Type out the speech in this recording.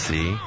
See